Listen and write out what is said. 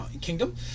kingdom